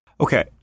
Okay